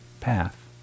Path